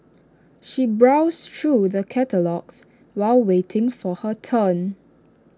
she browsed through the catalogues while waiting for her turn